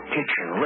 Kitchen